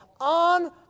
on